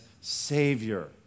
Savior